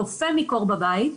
קופא מקור בבית,